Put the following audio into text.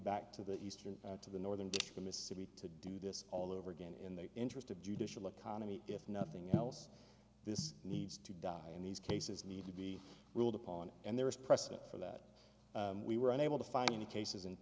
back to the eastern to the northern mississippi to do this all over again in the interest of judicial economy if nothing else this needs to die in these cases need to be ruled upon and there is precedent for that we were unable to find any cases